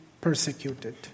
persecuted